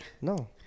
No